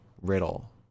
Riddle